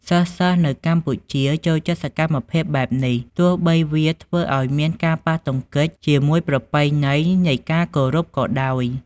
សិស្សៗនៅកម្ពុជាចូលចិត្តសកម្មភាពបែបនេះ ទោះបីវាធ្វើឲ្យមានការប៉ះទង្គិចជាមួយប្រពៃណីនៃការគោរពក៏ដោយ។